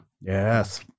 Yes